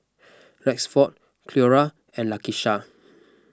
Rexford Cleora and Lakisha